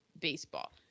baseball